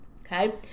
okay